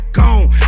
gone